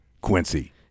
Quincy